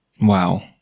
Wow